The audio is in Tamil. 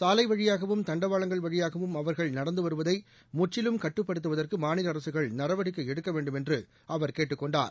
சாலை வழியாகவும் தண்டவாளங்கள் வழியாகவும் அவர்கள் நடந்து வருவதை முற்றிலும் கட்டுப்படுத்துவதற்கு மாநில அரசுகள் நடவடிக்கை எடுக்க வேண்டும் என்று அவர் கேட்டுக் கொண்டார்